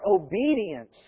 obedience